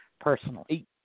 personally